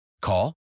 Call